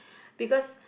because